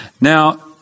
Now